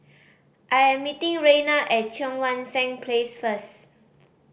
I am meeting Raynard at Cheang Wan Seng Place first